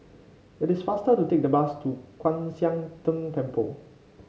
it is faster to take the bus to Kwan Siang Tng Temple